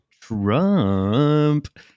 trump